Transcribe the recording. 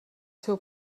seu